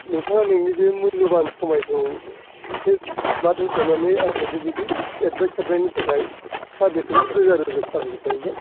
नोंथाङा नोंनि बे मुल्यबान समायखौ एसे माब दोनथ'नानै आंनो बे बिदि एडभाइस हरनायनि थाखाय सारनिसिम रोजा रोजा साबायखर थाहैबाय